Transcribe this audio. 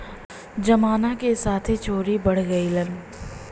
जमाना के साथे चोरो बढ़ गइलन